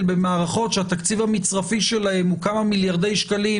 במערכות שהתקציב המצרפי שלהם הוא כמה מיליארדי שקלים